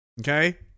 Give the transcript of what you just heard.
Okay